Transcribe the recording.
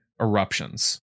eruptions